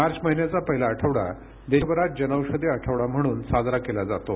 मार्च महिन्याचा पहिला आठवडा देशभरात जनौषधी आठवडा म्हणून साजरा केला जातो